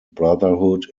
brotherhood